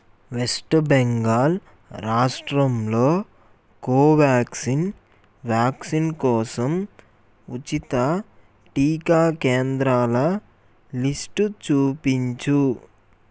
west Bengal రాష్ట్రంలో Covaxin vaccine కోసం ఉచిత టీకా కేంద్రాల లిస్ట్ చూపించు